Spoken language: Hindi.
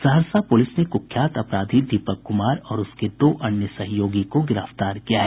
सहरसा पुलिस ने कुख्यात अपराधी दीपक कुमार और उसके दो अन्य सहयोगी को गिरफ्तार किया है